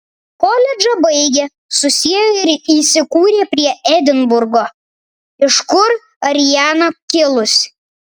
koledžą baigę susiėjo ir įsikūrė prie edinburgo iš kur ariana kilusi